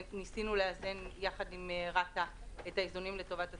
ניסינו לאזן יחד עם רת"א את האיזונים לטובת הצרכנים.